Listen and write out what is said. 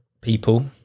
people